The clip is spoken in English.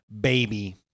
baby